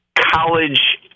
college